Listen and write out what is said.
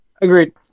Agreed